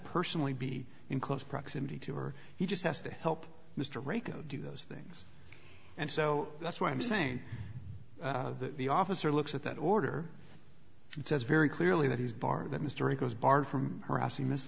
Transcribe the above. personally be in close proximity to or he just has to help mr ray go do those things and so that's why i'm saying that the officer looks at that order and says very clearly that he's bartlett mystery goes barred from harassing miss